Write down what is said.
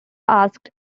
asked